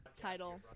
Title